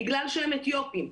בגלל שהם אתיופים,